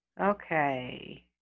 Okay